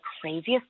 craziest